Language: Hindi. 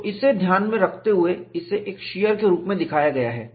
तो इसे ध्यान में रखते हुए इसे एक शीयर के रूप में दिखाया गया है